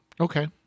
okay